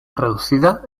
reducida